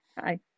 hi